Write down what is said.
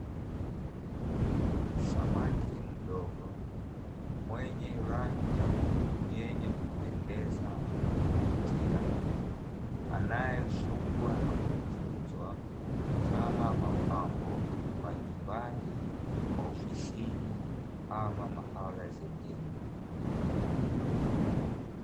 Samaki mdogo mwenye rangi ya bluu yenye kupendeza na kuvutia, anayefugwa na kutunzwa kama mapambo majumbani, maofisini ama mahala zingine.